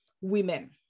women